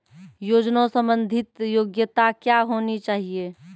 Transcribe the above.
योजना संबंधित योग्यता क्या होनी चाहिए?